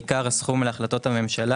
עיקר הסכום, אלה החלטות הממשלה,